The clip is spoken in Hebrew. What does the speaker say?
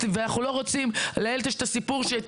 ואנחנו לא רוצים לאיילת יש את הסיפור שהיא